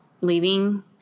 leaving